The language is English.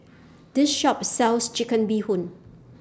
This Shop sells Chicken Bee Hoon